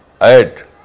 add